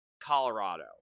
Colorado